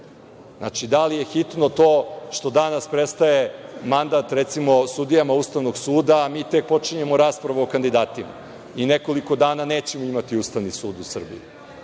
hitno. Da li je hitno to što danas prestaje mandat, recimo, sudijama Ustavnog suda, a mi tek počinjemo raspravu o kandidatima i nekoliko dana nećemo imati Ustavni sud u Srbiji?